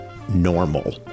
Normal